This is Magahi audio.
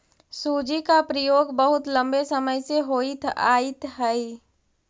सूजी का प्रयोग बहुत लंबे समय से होइत आयित हई